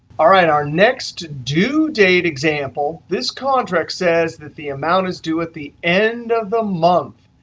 all right our next due date example this contract says that the amount is due at the end of the month.